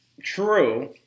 True